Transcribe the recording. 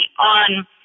on